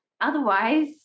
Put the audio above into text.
otherwise